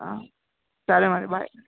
సరే మరి బాయ్